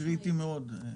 קריטי מאוד.